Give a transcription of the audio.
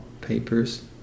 papers